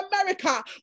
America